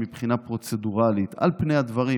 מבחינה פרוצדורלית על פני הדברים,